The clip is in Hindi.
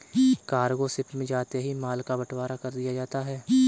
कार्गो शिप में जाते ही माल का बंटवारा कर दिया जाता है